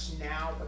now